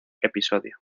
episodio